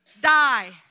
die